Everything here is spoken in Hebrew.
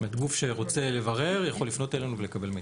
גוף שרוצה לברר יכול לפנות אלינו ולקבל מידע.